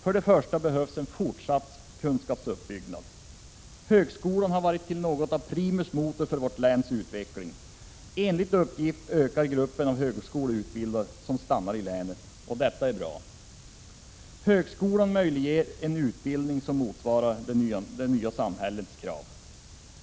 För det första behövs en fortsatt kunskapsuppbyggnad. Högskolan har varit något av primus motor för länets utveckling. Enligt uppgift ökar gruppen högskoleutbildade som stannar i länet — och det är bra. Högskolan möjliggör en utbildning som motsvarar det nya samhällets krav.